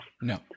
No